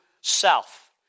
self